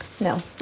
No